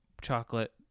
chocolate